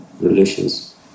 relations